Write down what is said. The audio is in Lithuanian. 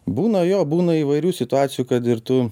būna jo būna įvairių situacijų kad ir tu